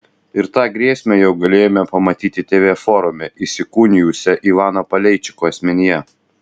ir tą grėsmę jau galėjome pamatyti tv forume įsikūnijusią ivano paleičiko asmenyje